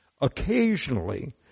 occasionally